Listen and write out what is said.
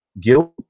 guilt